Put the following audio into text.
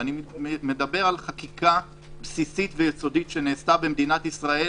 אני מדבר על חקיקה בסיסית ויסודית שנעשתה במדינת ישראל